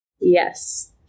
Yes